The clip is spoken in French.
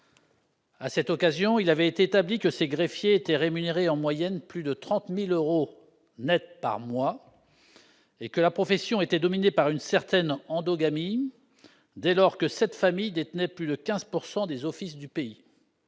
À cette occasion, il avait été établi que ces greffiers étaient rémunérés en moyenne plus de 30 000 euros net par mois et que la profession se caractérisait par une certaine endogamie : sept familles détenaient plus de 15 % des offices du pays,